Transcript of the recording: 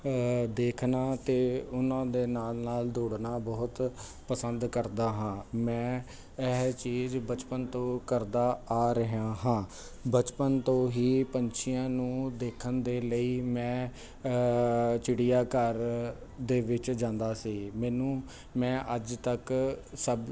ਦੇਖਣਾ ਅਤੇ ਉਹਨਾਂ ਦੇ ਨਾਲ ਨਾਲ ਦੌੜਨਾ ਬਹੁਤ ਪਸੰਦ ਕਰਦਾ ਹਾਂ ਮੈਂ ਇਹ ਚੀਜ਼ ਬਚਪਨ ਤੋਂ ਕਰਦਾ ਆ ਰਿਹਾ ਹਾਂ ਬਚਪਨ ਤੋਂ ਹੀ ਪੰਛੀਆਂ ਨੂੰ ਦੇਖਣ ਦੇ ਲਈ ਮੈਂ ਚਿੜੀਆ ਘਰ ਦੇ ਵਿੱਚ ਜਾਂਦਾ ਸੀ ਮੈਨੂੰ ਮੈਂ ਅੱਜ ਤੱਕ ਸਭ